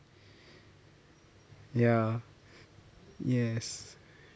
ya yes